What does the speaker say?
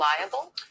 liable